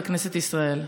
בכנסת ישראל.